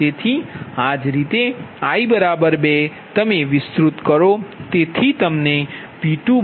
તેથી આ જ રીતે i 2 ને તમે વિસ્તૃત કરો